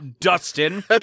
Dustin